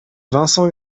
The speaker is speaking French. vincent